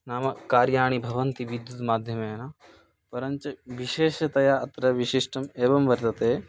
नाम कार्याणि भवन्ति विद्युत् माध्यमेन परं च विशेषतया अत्र विशिष्टम् एवं वर्तते